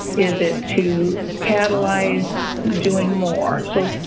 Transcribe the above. is it to catalyze doing more? so,